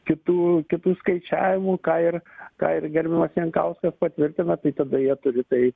kitų kitų skaičiavimų ką ir ką ir gerbiamas jankauskas patvirtina tai tada jie turi tai